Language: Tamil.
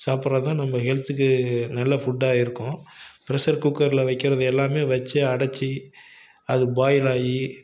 சாப்பிட்றது தான் நம்ம ஹெல்த்துக்கு நல்ல ஃபுட்டாக இருக்கும் பெரஷர் குக்கரில் வைக்கிறது எல்லாமே வெச்சு அடைச்சி அது பாயில்லாகி